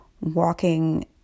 walking